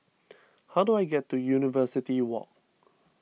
how do I get to University Walk